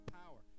power